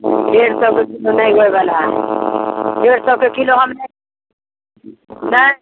डेढ़ सओ बेसी नहि होइवला हय डेढ़ सओके किलो हम लेब नै